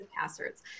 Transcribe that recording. passwords